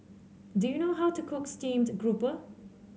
do you know how to cook Steamed Grouper